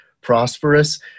prosperous